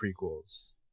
prequels